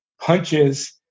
punches